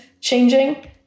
changing